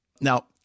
Now